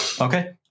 Okay